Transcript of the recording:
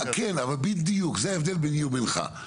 כן אבל בדיוק זה ההבדל ביני ובינך,